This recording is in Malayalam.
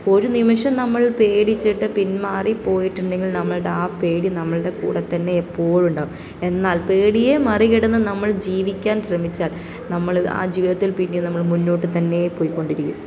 ഒരു നിമിഷം നമ്മൾ പേടിച്ചിട്ട് പിന്മാറി പോയിട്ടുണ്ടെങ്കിൽ നമ്മളുടെ ആ പേടി നമ്മളുടെ കൂടെ തന്നെ എപ്പോഴു ഉണ്ടാവും എന്നാൽ പേടിയെ മറികിടന്ന് നമ്മൾ ജീവിക്കാൻ ശ്രമിച്ചാൽ നമ്മൾ ആ ജീവിതത്തിൽ പിന്നെ നമ്മൾ മുന്നോട്ട് തന്നെ പോയിക്കൊണ്ടിരിക്കും